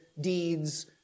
deeds